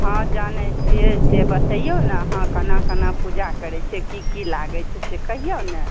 हँ जानै छिए से बतैऔ ने अहाँ कोना कोना पूजा करै छिए कि कि लागै छै से कहिऔ ने